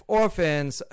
orphans